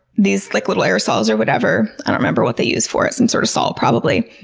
these like little aerosols or whatever, i don't remember what they use for it, some sort of salt, probably.